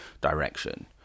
direction